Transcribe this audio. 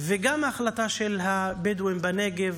וגם ההחלטה של הבדואים בנגב,